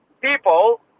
people